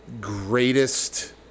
greatest